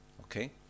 Okay